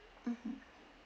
mmhmm